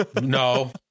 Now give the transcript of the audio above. No